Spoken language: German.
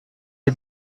die